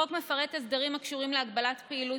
החוק מפרט הסדרים הקשורים להגבלת פעילות